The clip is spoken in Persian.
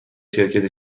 شرکت